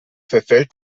verfällt